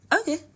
Okay